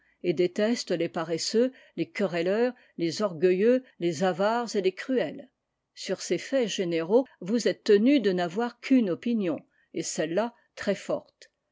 et déteste les paresseux les querelleurs les orgueilleux les avares et les cruels sur ces faits généraux vous êtes tenus de n'avoir qu'une opinion et celle-là très forte